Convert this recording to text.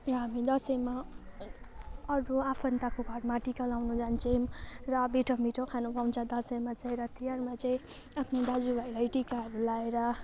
र हामी दसैँमा अरू आफन्तको घरमा टिका लगाउन जान्छौँ र मिठो मिठो खानु पाउँछ दसैँमा चाहिँ र तिहारमा चाहिँ आफ्नो दाजुभाइलाई टिकाहरू लगाएर